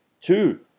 Two